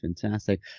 Fantastic